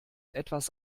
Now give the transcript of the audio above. etwas